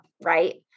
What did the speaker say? right